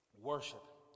Worship